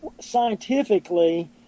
Scientifically